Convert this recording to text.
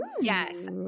yes